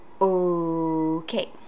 okay